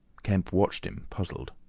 kemp watched him puzzled.